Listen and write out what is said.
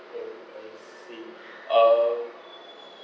that will be nice see uh